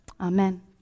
Amen